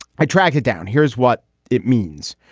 i track it down. here's what it means.